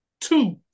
two